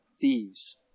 thieves